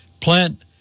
plant